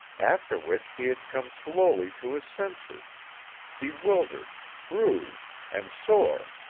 after which he had come slowly to his senses bewildered, bruised and sore,